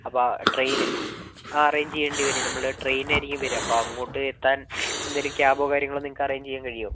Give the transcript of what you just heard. അപ്പോൾ ആ ട്രെയിൻ ആ അറേഞ്ച് ചെയ്യേണ്ടി വരും നമ്മൾ ട്രെയിൻ ആയിരിക്കും വരിക അപ്പോൾ അങ്ങോട്ട് എത്താൻ എന്തെങ്കിലും ക്യാബോ കാര്യങ്ങളോ നിങ്ങൾക്ക് അറേഞ്ച് ചെയ്യാൻ കഴിയുവോ